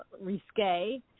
risque